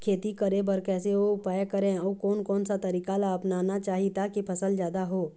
खेती करें बर कैसे उपाय करें अउ कोन कौन सा तरीका ला अपनाना चाही ताकि फसल जादा हो?